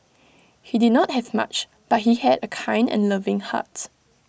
he did not have much but he had A kind and loving heart